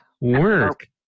work